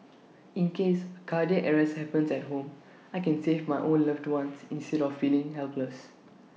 in case cardiac arrest happens at home I can save my own loved ones instead of feeling helpless